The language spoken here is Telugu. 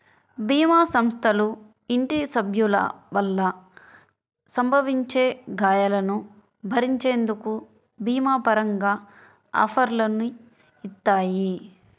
భీమా సంస్థలు ఇంటి సభ్యుల వల్ల సంభవించే గాయాలను భరించేందుకు భీమా పరంగా ఆఫర్లని ఇత్తాయి